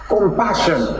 Compassion